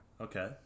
Okay